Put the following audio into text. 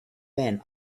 men